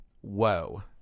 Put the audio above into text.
Whoa